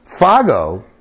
Fago